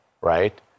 right